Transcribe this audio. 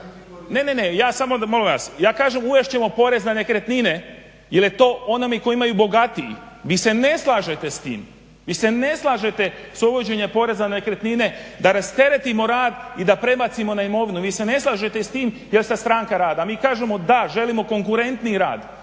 Ne, ne, ne, ja samo, molim vas. Ja kažem uvest ćemo porez na nekretnine jer je tome onome koji imaju bogatiji. Vi se ne slažete s tim, vi se ne slažete s uvođenjem poreza na nekretnine da rasteretimo rad i da prebacimo na imovinu. Vi se ne slažete s tim jer ste Stranka rada. Mi kažemo da, želimo konkurentniji rad,